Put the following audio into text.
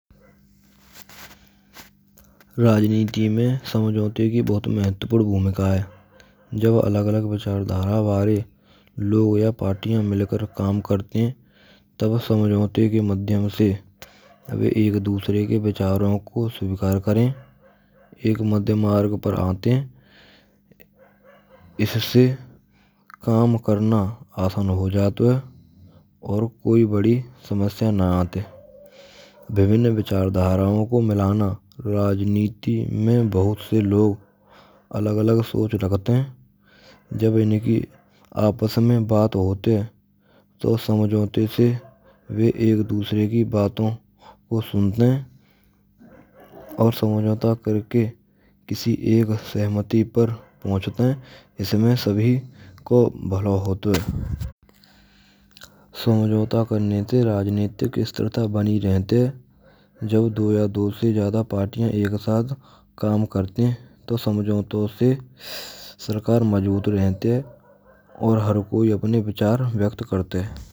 Rajniti mein samjhote ki bahut mahatvpurn bhumika hai jab alag alag vichardhara vare log ya partiyan milkar kam karte hain tab samjhote ke madhyam se abhi ek dusre ke vicharon ko swikar karen ek madhyam marg per aate hai. Isase kam krna aasan ho jata ho aur koi badi samasya na aate. Bibhinn vichardharaon ko milana rajniti mein bahut se log alag alag soch rakhte hain jab inki aapas mein baat hote to samjhote se vah ek dusre ki baton ko sunte hain aur samajhota karke kisi ek sahmati per pahunchte hain. Isms sabhi ko bhala ho to hain. Samjhauta karne te rajnitik starta bani rahte hai jo do ya do se dusri jyada partiyan ek sath kam karte hain to samjhoto se sarkar majbut rhte hain aur har koi apne vichar vyakt karte hain.